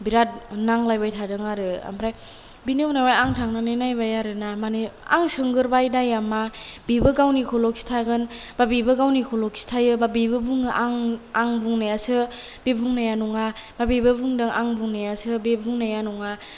बिराद नांलायबाय थादों आरो ओमफ्राय बिनि उनाव आं थांनानै नायबाय आरोना माने आं सोंगोरबाय दाइया मा बेबो गावनिखौल' खिन्थागोन बा बेबो गावनिखौल' खिन्थायो बा बेबो बुङो आं आं बुंनायासो बे बुंनाया नङा बा बेबो बुंदों आं बुंनायासो बे बुंनाया नङा